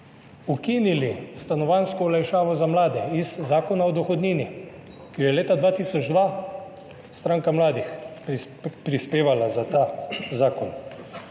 ukinili stanovanjsko olajšavo za mlade iz zakona o dohodnini, ko je leta 2002 Stranka mladih prispevala za ta zakon.